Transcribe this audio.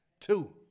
Two